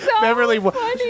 Beverly